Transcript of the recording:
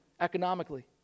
Economically